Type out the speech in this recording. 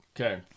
okay